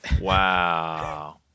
Wow